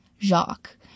Jacques